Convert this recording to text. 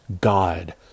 God